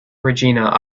regina